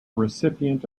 recipient